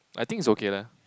I think it's okay lah